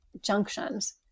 junctions